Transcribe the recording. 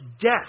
death